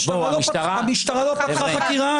המשטרה לא פתחה חקירה,